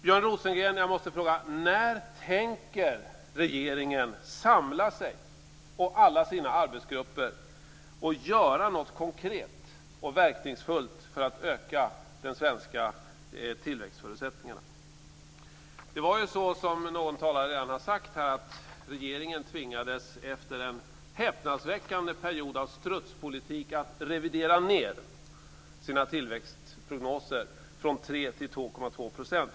Jag måste fråga Björn Rosengren: När tänker regeringen samla sig och alla sina arbetsgrupper och göra något konkret och verkningsfullt för att öka de svenska tillväxtförutsättningarna? Det var ju så, som någon talare redan har sagt här, att regeringen efter en häpnadsväckande period av strutspolitik tvingades att revidera sina tillväxtprognoser från 3 % till 2,2 %.